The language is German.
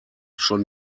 schon